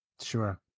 Sure